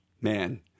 Man